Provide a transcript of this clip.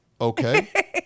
okay